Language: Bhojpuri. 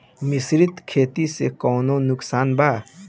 मिश्रित खेती से कौनो नुकसान बा?